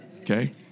Okay